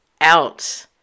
out